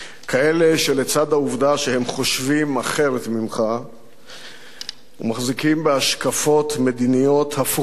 שלצד העובדה שהם חושבים אחרת ממך ומחזיקים בהשקפות מדיניות הפוכות לשלך,